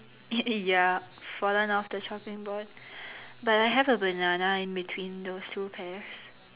ya fallen off the chopping board but I have a banana in between those two pears